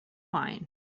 wine